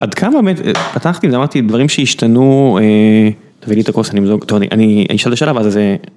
עד כמה באמת, פתחתי ולמדתי, דברים שהשתנו, תביא לי את הכוס, אני אמזוג טוני, אני אשאל את השאלה ואז א...